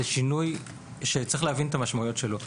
הוא שינוי שיש להבין את המשמעויות שלו.